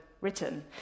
written